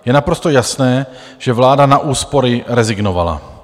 Je naprosto jasné, že vláda na úspory rezignovala.